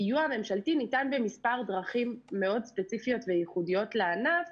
הסיוע הממשלתי ניתן במספר דרכים מאוד ספציפיות וייחודיות לענף,